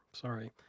sorry